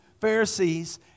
Pharisees